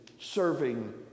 serving